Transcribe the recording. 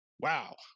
wow